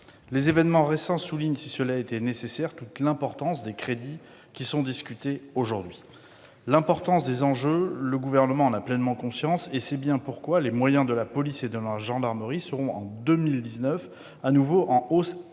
Les événements récents soulignent, si cela était nécessaire, toute l'importance des crédits qui sont discutés aujourd'hui. L'importance des enjeux, le Gouvernement en a pleinement conscience. C'est bien pourquoi les moyens de la police et de la gendarmerie seront en 2019 de nouveau en hausse